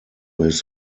his